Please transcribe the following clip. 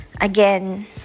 again